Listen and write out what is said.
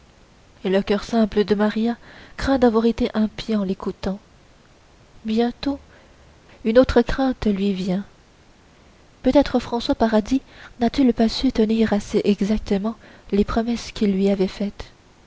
et le coeur simple de maria craint d'avoir été impie en l'écoutant bientôt une autre crainte lui vient peut-être françois paradis n'a-t-il pas su tenir assez exactement les promesses qu'il lui avait faites